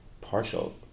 partial